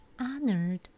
honored